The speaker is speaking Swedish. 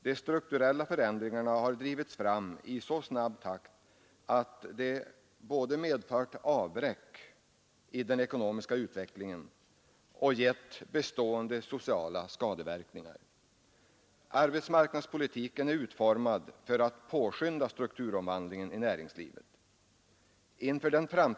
De strukturella förändringarna har drivits fram i så snabb takt att de både medfört avbräck i den ekonomiska utvecklingen och gett bestående sociala skadeverkningar. Arbetsmarknadspolitiken är utformad för att påskynda strukturomvandlingen i näringslivet.